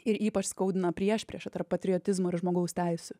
ir ypač skaudina priešprieša tarp patriotizmo ir žmogaus teisių